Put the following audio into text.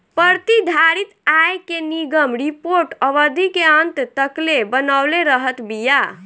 प्रतिधारित आय के निगम रिपोर्ट अवधि के अंत तकले बनवले रहत बिया